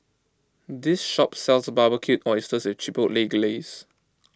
this shop sells Barbecued Oysters with Chipotle Glaze